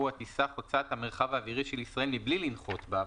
הוא הטיסה חוצת המרחב האווירי של ישראל מבלי לנחות בה,